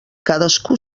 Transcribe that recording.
cadascú